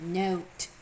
note